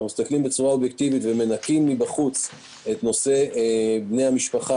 כשאנחנו מסתכלים בצורה אובייקטיבית ומנכים את נושא בני המשפחה,